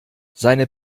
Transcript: seine